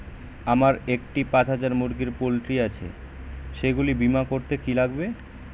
আমার একটি পাঁচ হাজার মুরগির পোলট্রি আছে সেগুলি বীমা করতে কি লাগবে?